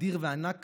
אדיר וענק